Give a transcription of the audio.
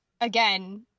again